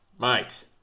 Mate